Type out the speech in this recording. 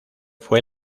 fue